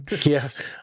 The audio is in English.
Yes